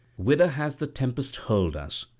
whither has the tempest hurled us?